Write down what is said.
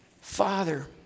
father